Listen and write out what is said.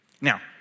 Now